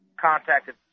contacted